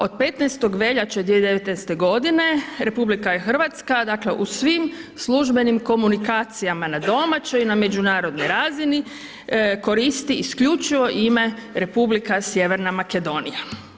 Od 15. veljače 2019.g. RH je, dakle, u svim službenim komunikacijama, na domaćoj i na međunarodnoj razini koristi isključivo ime Republika sjeverna Makedonija.